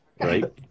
right